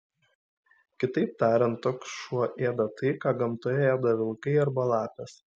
kitaip tariant toks šuo ėda tai ką gamtoje ėda vilkai arba lapės